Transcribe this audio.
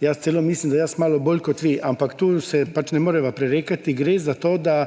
jaz celo mislim, da jaz malo bolj kot vi, ampak tu se pač ne moreva prerekati. Gre za to, da